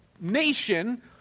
nation